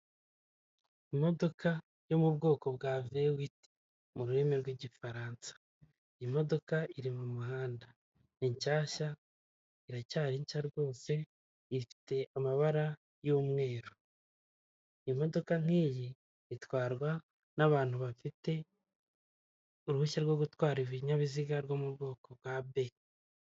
Mu rwanda hari abacururiza ku ikoranabuhanga nko mu Rukari. Wabagana ugatuma ibyo ukeneye byose bakabikugezaho utiriwe uva aho uherereye guhaha wifashishije ikoranabuhanga na byo ni byiza biradufasha.